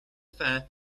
affair